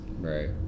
Right